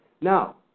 now